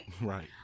Right